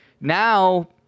Now